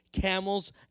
camels